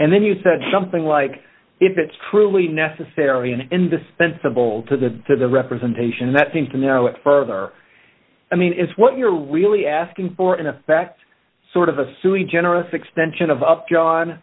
and then you said something like if it's truly necessary and indispensable to the to the representation that seems to me further i mean is what you're really asking for in effect sort of a silly generous extension of up